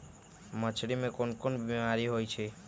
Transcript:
मछरी मे कोन कोन बीमारी होई छई